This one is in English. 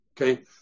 Okay